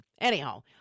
Anyhow